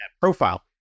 profile